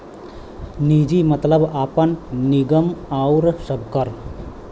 निजी मतलब आपन, निगम आउर सबकर